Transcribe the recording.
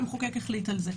והמחוקק החליט על זה.